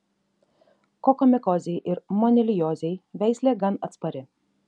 kokomikozei ir moniliozei veislė gan atspari